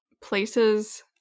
places